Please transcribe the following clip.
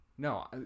No